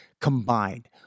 combined